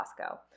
Costco